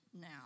now